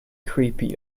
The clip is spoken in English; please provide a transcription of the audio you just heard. creepy